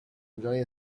enjoy